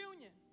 Union